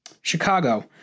Chicago